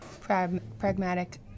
pragmatic